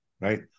right